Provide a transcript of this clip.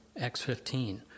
X15